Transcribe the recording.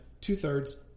two-thirds